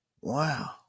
Wow